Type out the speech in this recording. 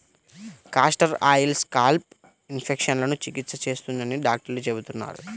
castor oil scalp ఇన్ఫెక్షన్లకు చికిత్స చేస్తుందని డాక్టర్లు చెబుతున్నారు